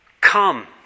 Come